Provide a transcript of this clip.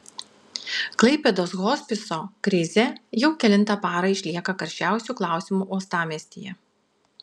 klaipėdos hospiso krizė jau kelintą parą išlieka karščiausiu klausimu uostamiestyje